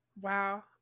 Wow